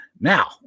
Now